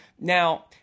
now